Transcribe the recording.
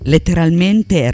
Letteralmente